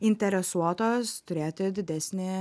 interesuotos turėti didesnį